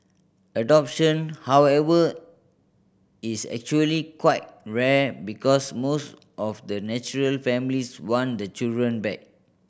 adoption however is actually quite rare because most of the natural families want the children back